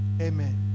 amen